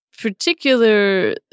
particular